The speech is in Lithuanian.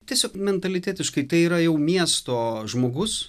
tiesiog mentalitetiškai tai yra jau miesto žmogus